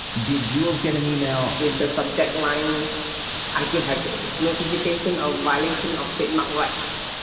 did jules get an email with the subject line ikea hackers notification of violation of trademark rights.